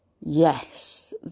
yes